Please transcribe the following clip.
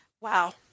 wow